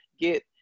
get